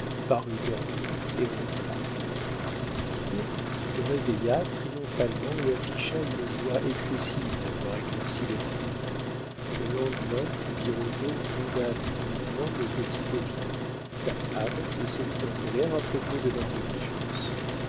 parut dormir et ronfla du tillet le réveilla triomphalement et afficha une joie excessive d'avoir éclairci l'erreur le lendemain birotteau gronda publiquement le petit popinot sa femme et se mit en colère à propos de leur négligence